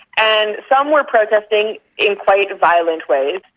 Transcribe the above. and some were protesting in quite violent ways.